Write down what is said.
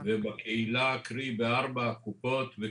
קרי בארבע קופות החולים,